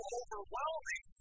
overwhelming